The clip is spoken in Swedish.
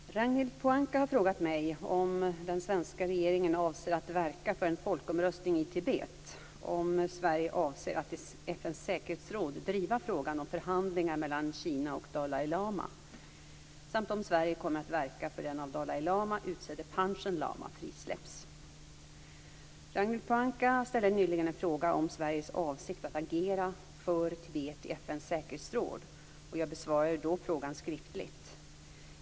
Herr talman! Ragnhild Pohanka har frågat mig om den svenska regeringen avser att verka för en folkomröstning i Tibet, om Sverige avser att i FN:s säkerhetsråd driva frågan om förhandlingar mellan Kina och Dalai lama samt om Sverige kommer att verka för att den av Dalai lama utsedde Panchen Lama frisläpps. Ragnhild Pohanka ställde nyligen en fråga om Sveriges avsikt att agera för Tibet i FN:s säkerhetsråd, och jag besvarade då frågan skriftligt.